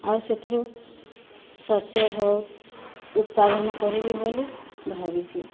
ଆଉ ସେଥିରୁ ଶସ୍ୟ ବହୁତ ଉତ୍ପାଦନ କରିବି ବୋଲି ଭାବିଛି